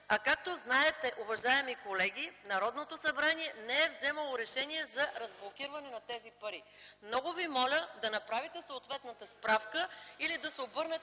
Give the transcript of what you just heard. Както знаете, уважаеми колеги, Народното събрание не е вземало решение за разблокиране на тези пари. Много Ви моля да направите съответната справка или да се обърнете